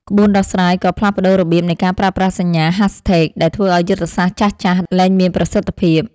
ក្បួនដោះស្រាយក៏ផ្លាស់ប្តូររបៀបនៃការប្រើប្រាស់សញ្ញា Hashtags ដែលធ្វើឱ្យយុទ្ធសាស្ត្រចាស់ៗលែងមានប្រសិទ្ធភាព។